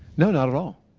no not at all.